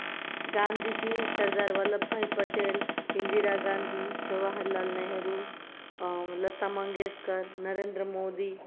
Gandhiji Sardar Vallabhbhai Patel Indira Gandhi Jawaharlal Nehru Lata Mangeshkar Narendra Modi